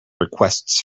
requests